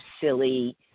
silly